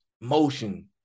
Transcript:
motion